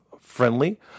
friendly